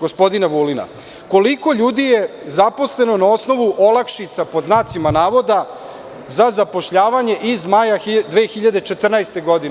gospodina Vulina, koliko ljudi je zaposleno na osnovu olakšica, pod znacima navoda, za zapošljavanje iz maja 2014. godine?